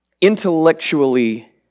intellectually